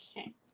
Okay